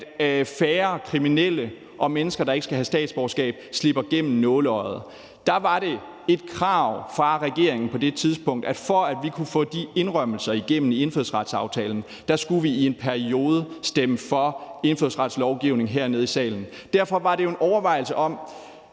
at færre kriminelle og mennesker, der ikke skal have statsborgerskab, slipper igennem nåleøjet. Der var det et krav fra regeringen på det tidspunkt, at for at vi kunne få de indrømmelser igennem i indfødsretsaftalen, skulle vi i en periode stemme for indfødsretslovgivning hernede i salen. Derfor var det jo en overvejelse om,